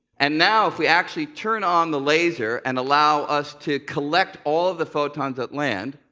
and now, if we actually turn on the laser and allow us to collect all the photons that land,